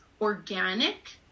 organic